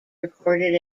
recorded